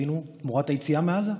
עשינו תמורת היציאה מעזה.